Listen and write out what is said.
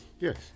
yes